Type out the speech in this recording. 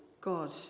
God